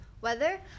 Weather